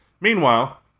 Meanwhile